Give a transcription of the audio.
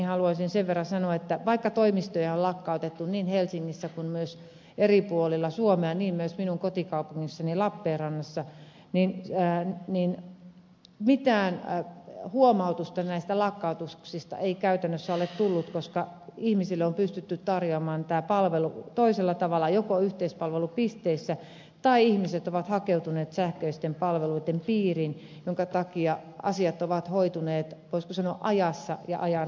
haluaisin sen verran sanoa että vaikka toimistoja on lakkautettu niin helsingissä kuin myös eri puolilla suomea niin myös minun kotikaupungissani lappeenrannassa niin mitään huomautusta näistä lakkautuksista ei käytännössä ole tullut koska ihmisille on pystytty tarjoamaan tämä palvelu toisella tavalla joko yhteispalvelupisteissä tai ihmiset ovat hakeutuneet sähköisten palveluitten piiriin minkä takia asiat ovat hoituneet voisiko sanoa ajassa ja ajan mukana